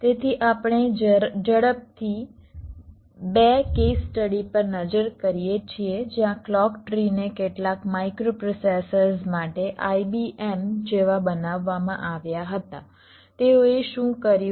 તેથી આપણે ઝડપથી 2 કેસ સ્ટડી પર નજર કરીએ છીએ જ્યાં ક્લૉક ટ્રી ને કેટલાક માઇક્રોપ્રોસેસર્સ માટે IBM જેવા બનાવવામાં આવ્યા હતા તેઓએ શું કર્યું